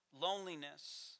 loneliness